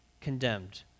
condemned